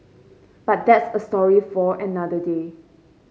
but that's a story for another day